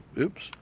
oops